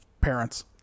parents